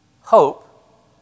hope